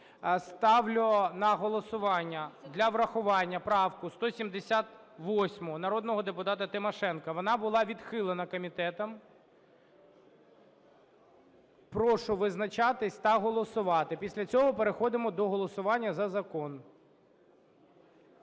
Ставлю на голосування для врахування правку 178 народного депутата Тимошенко. Вона була відхилена комітетом. Прошу визначатись та голосувати. Після цього переходимо до голосування за закон.